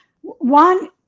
one